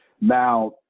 Now